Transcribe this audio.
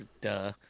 Duh